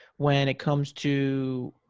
when it comes to,